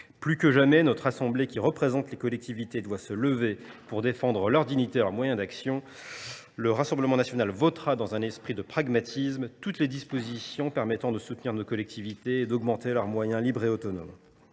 Plus que jamais, notre assemblée, qui représente les collectivités, doit se lever pour défendre leur dignité et leurs moyens d’action. Le Rassemblement national votera, dans un esprit de pragmatisme, toutes les dispositions permettant de soutenir nos collectivités et d’augmenter leurs moyens libres et autonomes.